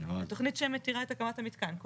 התכנית שמתירה את הקמת המתקן.